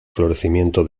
florecimiento